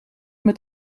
met